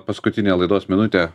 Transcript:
paskutinę laidos minutę